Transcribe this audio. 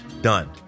Done